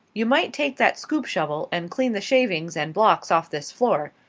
you might take that scoop shovel and clean the shavings and blocks off this floor.